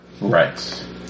Right